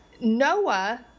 Noah